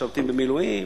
משרתים במילואים,